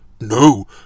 No